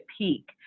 peak